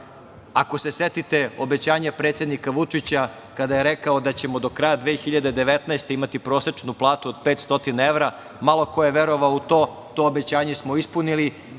Ako se setite obećanje predsednika Vučića, kada je rekao da ćemo do kraja 2019. godine imati prosečnu platu od 500 evra, malo ko je verovao u to, to obećanje smo ispunili.